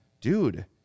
Dude